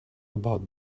about